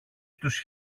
στους